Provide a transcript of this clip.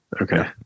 Okay